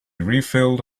refilled